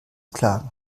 klagen